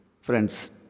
Friends